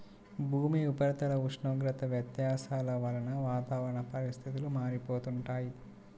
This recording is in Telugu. భూమి ఉపరితల ఉష్ణోగ్రత వ్యత్యాసాల వలన వాతావరణ పరిస్థితులు మారిపోతుంటాయి